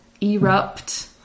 erupt